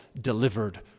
delivered